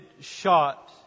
shot